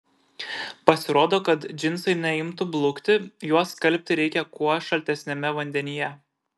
pasirodo kad džinsai neimtų blukti juos skalbti reikia kuo šaltesniame vandenyje